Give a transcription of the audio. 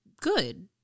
good